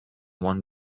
one